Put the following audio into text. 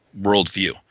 worldview